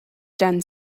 done